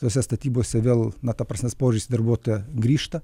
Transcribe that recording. tose statybose vėl na ta prasme požiūris į darbuotoją grįžta